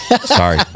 Sorry